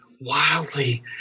wildly